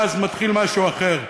ואז מתחיל משהו אחר.